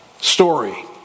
story